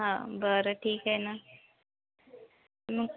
हां बरं ठीक आहे ना मग